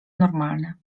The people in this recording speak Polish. normalne